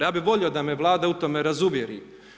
Ja bih volio da me Vlada u tome razuvjeri.